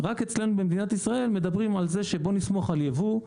רק אצלנו במדינת ישראל מדברים על הסתמכות על יבוא,